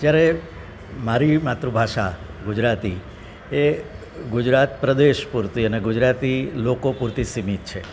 જ્યારે મારી માતૃભાષા ગુજરાતી એ ગુજરાત પ્રદેશ પૂરતી અને ગુજરાતી લોકો પૂરતી સીમિત છે